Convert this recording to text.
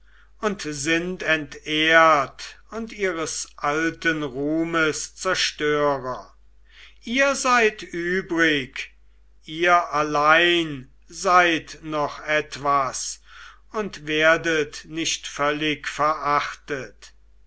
und sind entehrt und ihres alten ruhmes zerstörer ihr seid übrig ihr allein seid noch etwas und werdet nicht völlig verachtet